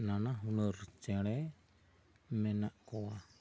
ᱱᱟᱱᱟ ᱦᱩᱱᱟᱹᱨ ᱪᱮᱬᱮ ᱢᱮᱱᱟᱜ ᱠᱚᱣᱟ